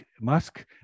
Musk